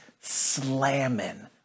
slamming